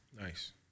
Nice